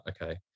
okay